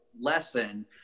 lesson